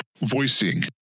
voicing